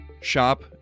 shop